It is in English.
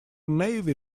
navy